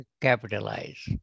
capitalize